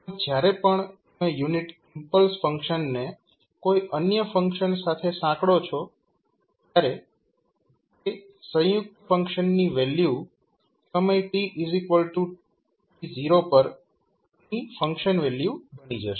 તો જ્યારે પણ તમે યુનિટ ઇમ્પલ્સ ફંક્શનને કોઈ અન્ય ફંક્શન સાથે સાંકળો છો ત્યારે તે સંયુક્ત ફંક્શનની વેલ્યુ સમય tt0 પરની ફંકશન વેલ્યુ બની જશે